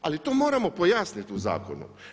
Ali to moramo pojasniti u zakonu.